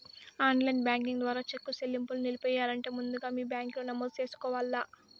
online banking ద్వారా cheque సెల్లింపుని నిలిపెయ్యాలంటే ముందుగా మీ బ్యాంకిలో నమోదు చేసుకోవల్ల